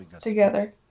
together